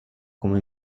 come